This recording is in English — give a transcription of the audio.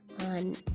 on